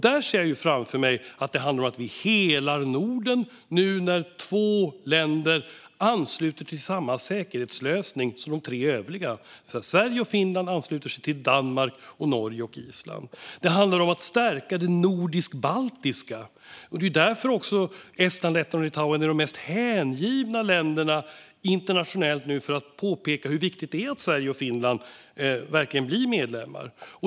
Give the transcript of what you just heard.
Där ser jag framför mig att det handlar om att vi är hela Norden nu när två länder ansluter till samma säkerhetslösning som de tre övriga. Sverige och Finland ansluter sig till Danmark, Norge och Island. Det handlar om att stärka det nordiskt-baltiska, och det är därför Estland, Lettland och Litauen är de mest hängivna länderna internationellt för att påpeka hur viktigt det är att Sverige och Finland verkligen blir medlemmar.